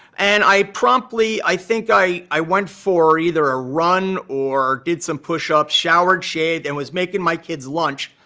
and i promptly, i think i i went for either a run or did some push-ups, showered, shaved, and was making my kids lunch.